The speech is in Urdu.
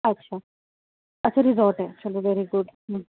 اچھا اچھا ریزورٹ ہے چلو ویری گڈ